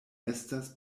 estas